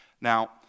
Now